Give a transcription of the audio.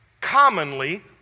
commonly